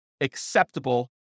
acceptable